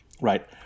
Right